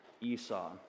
Esau